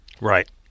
Right